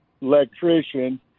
electrician